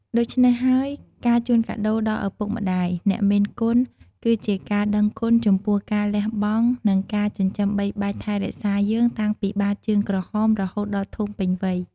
ដូច្នេះហើយ ការជូនកាដូរដល់ឪពុកម្តាយ (អ្នកមានគុណ) គឺជាការដឹងគុណចំពោះការលះបង់ និងការចិញ្ចឹមបីបាច់ថែរក្សាយើងតាំងពីបាតជើងក្រហមរហូតដល់ធំពេញវ័យ។